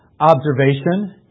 observation